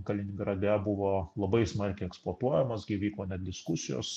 kaliningrade buvo labai smarkiai eksploatuojamas gi vyko net diskusijos